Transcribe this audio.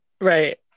Right